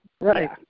right